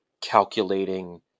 calculating